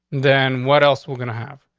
then what else we're gonna have?